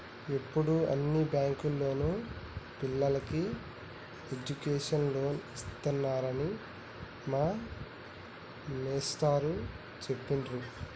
యిప్పుడు అన్ని బ్యేంకుల్లోనూ పిల్లలకి ఎడ్డుకేషన్ లోన్లు ఇత్తన్నారని మా మేష్టారు జెప్పిర్రు